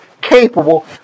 capable